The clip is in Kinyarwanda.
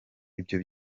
ibyo